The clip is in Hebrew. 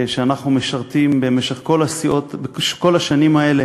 שאנחנו משרתים במשך כל השנים האלה